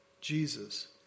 Jesus